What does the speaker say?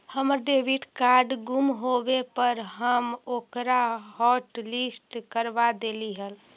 हमर debit card गुम होवे पर हम ओकरा हॉटलिस्ट करवा देली हल